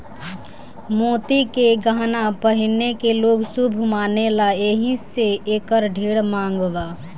मोती के गहना पहिने के लोग शुभ मानेला एही से एकर ढेर मांग बा